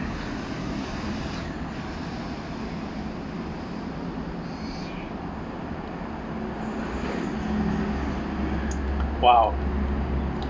!wow!